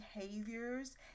behaviors